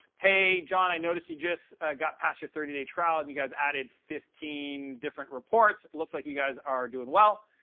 hey, john. i noticed you just got past your thirty day trial and you guys added fifteen different reports. it looks like you guys are doing well.